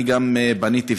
גם פניתי,